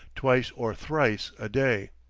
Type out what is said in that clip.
twice or thrice a day!